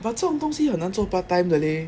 but 这种东西很难做 part time 的 leh